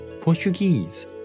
Portuguese